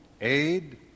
aid